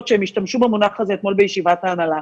שהם השתמשו במונח הזה אתמול בישיבת ההנהלה.